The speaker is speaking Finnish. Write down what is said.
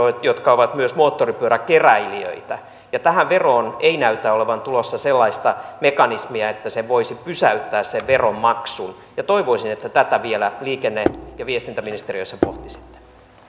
jotka ovat myös moottoripyöräkeräilijöitä ja tähän veroon ei näytä olevan tulossa sellaista mekanismia että se voisi pysäyttää sen veronmaksun toivoisin että tätä vielä liikenne ja viestintäministeriössä pohtisitte